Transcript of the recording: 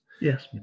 Yes